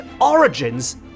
origins